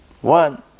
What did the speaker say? One